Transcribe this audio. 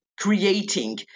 creating